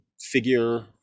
figure